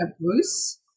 Bruce